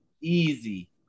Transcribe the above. Easy